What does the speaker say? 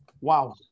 Wow